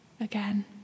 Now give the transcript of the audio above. again